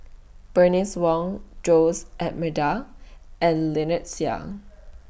Bernice Wong Jose Almeida and Lynnette Seah